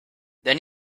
then